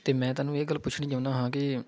ਅਤੇ ਮੈਂ ਤੁਹਾਨੂੰ ਇਹ ਗੱਲ ਪੁੱਛਣੀ ਚਾਹੁੰਦਾ ਹਾਂ ਕਿ